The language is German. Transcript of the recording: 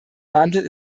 wandel